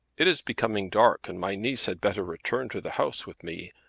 it is becoming dark and my niece had better return to the house with me.